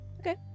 Okay